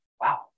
wow